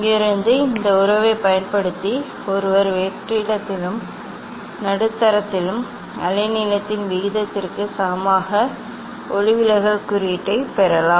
இங்கிருந்து இந்த உறவைப் பயன்படுத்தி ஒருவர் வெற்றிடத்திலும் நடுத்தரத்திலும் அலைநீளத்தின் விகிதத்திற்கு சமமான ஒளிவிலகல் குறியீட்டைப் பெறலாம்